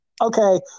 Okay